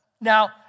Now